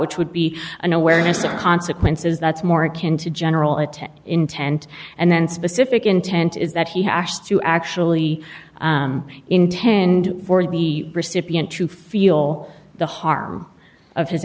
which would be an awareness of consequences that's more akin to general attack intent and then specific intent is that he has to actually intend for the recipient to feel the harm of his